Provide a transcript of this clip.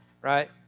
right